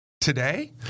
Today